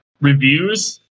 reviews